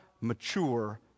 mature